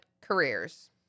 careers